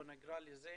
נקרא לזה,